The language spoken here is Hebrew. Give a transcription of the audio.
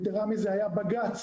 יתרה מזאת, היה בג"ץ